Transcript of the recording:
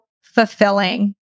fulfilling